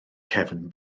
cefn